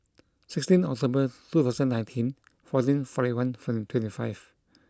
sixteen October two thousand nineteen fourteen forty one forty twenty five